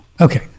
okay